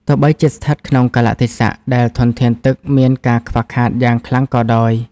ទោះបីជាស្ថិតក្នុងកាលៈទេសៈដែលធនធានទឹកមានការខ្វះខាតយ៉ាងខ្លាំងក៏ដោយ។